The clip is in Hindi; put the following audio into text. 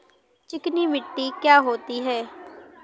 चिकनी मिट्टी क्या होती है?